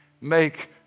Make